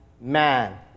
man